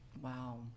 Wow